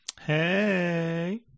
Hey